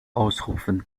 ausrupfen